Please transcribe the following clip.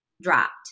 dropped